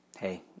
Hey